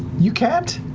you can't?